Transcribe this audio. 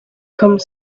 come